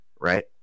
right